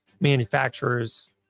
manufacturers